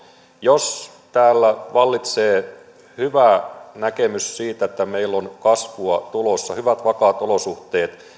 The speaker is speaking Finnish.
jos täällä vallitsee hyvä näkemys siitä että meillä on kasvua tulossa hyvät vakaat olosuhteet